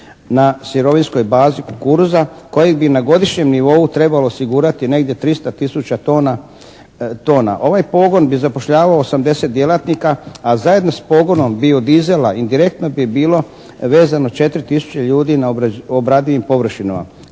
na sirovinskoj bazi kukuruza kojeg bi na godišnjem nivou trebalo osigurati negdje 300 tisuća tona. Ovaj pogon bi zapošljavao 80 djelatnika a zajedno s pogonom bio-diesela indirektno bi bilo vezano 4 tisuće ljudi na obradivim površinama